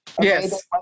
Yes